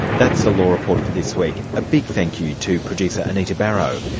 that's the law report for this week. a big thank you to producer anita barraud,